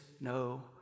no